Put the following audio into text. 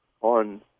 on